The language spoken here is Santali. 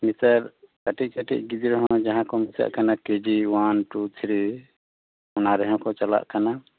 ᱱᱮᱛᱟᱨ ᱠᱟᱹᱴᱤᱡ ᱠᱟᱹᱴᱤ ᱜᱤᱫᱽᱨᱟᱹ ᱦᱚᱸ ᱡᱟᱦᱟᱸ ᱠᱚ ᱢᱮᱛᱟᱜ ᱠᱟᱱᱟ ᱠᱮᱜᱤ ᱳᱭᱟᱱ ᱴᱩ ᱛᱷᱨᱤ ᱚᱱᱟ ᱨᱮᱦᱚᱸ ᱠᱚ ᱪᱟᱞᱟᱜ ᱠᱟᱱᱟ